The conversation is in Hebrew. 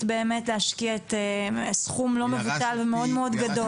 באמת להשקיע סכום לא מבוטל ומאוד מאוד גדול.